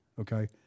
okay